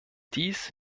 dies